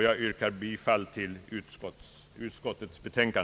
Jag yrkar bifall till utskottets hemställan.